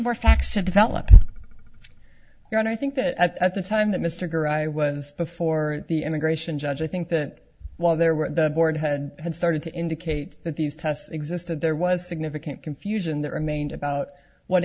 more facts to develop your own i think that at the time that mr gurr i was before the immigration judge i think that while there were the board had started to indicate that these tests existed there was significant confusion that remained about what